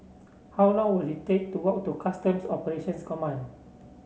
how long will it take to walk to Customs Operations Command